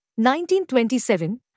1927